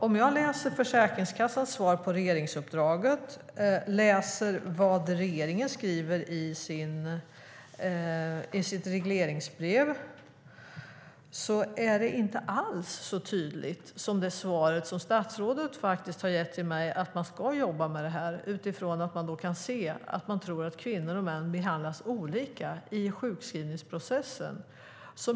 Om jag läser Försäkringskassans svar på regeringsuppdraget och vad regeringen skriver i sitt regleringsbrev är det inte alls så tydligt som det svar statsrådet har gett till mig - att man ska jobba med det här utifrån att man kan se att kvinnor och män behandlas olika i sjukskrivningsprocessen.